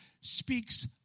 speaks